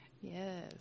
yes